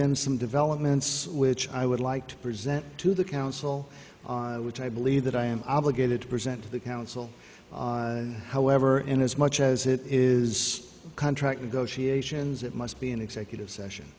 been some developments which i would like to present to the council which i believe that i am obligated to present to the council however in as much as it is contract negotiations it must be an executive session